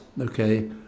okay